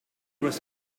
was